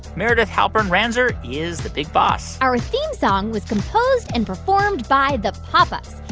meredith halpern-ranzer is the big boss our theme song was composed and performed by the pop ups.